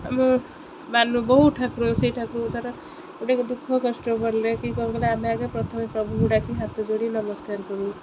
ଆମ ମାନୁ ବହୁ ଠାକୁର ସେଇଟାକୁ ଧର ଗୋଟେ ଦୁଃଖ କଷ୍ଟ ପଡ଼ିଲେ କି କ'ଣ କହିଲେ ଆମେ ଆଗେ ପ୍ରଥମେ ପ୍ରଭୁ ଡ଼ାକି ହାତ ଯୋଡ଼ି ନମସ୍କାର କରୁ